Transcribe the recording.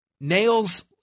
nails